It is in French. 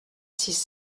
six